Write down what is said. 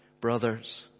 Brothers